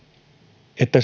että